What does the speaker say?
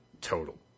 total